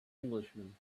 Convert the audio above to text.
englishman